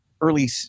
early